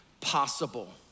possible